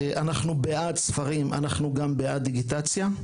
אנחנו בעד ספרים, אנחנו גם בעד דיגיטציה.